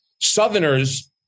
Southerners